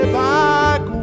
back